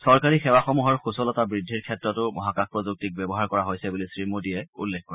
চৰকাৰী সেৱাসমূহৰ সুচলতা বৃদ্ধিৰ ক্ষেত্ৰতো মহাকাশ প্ৰযুক্তিক ব্যৱহাৰ কৰা হৈছে বুলি শ্ৰীমোদীয়ে উল্লেখ কৰে